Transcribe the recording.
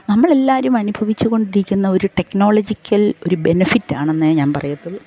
നമ്മളെല്ലാവരും അനുഭവിച്ചുകൊണ്ടിരിക്കുന്നൊരു ടെക്നൊളജിക്കൽ ഒരു ബെനഫിറ്റാണെന്നേ ഞാൻ പറയത്തുള്ളൂ